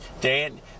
Dan